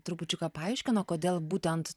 trupučiuką paaiškino kodėl būtent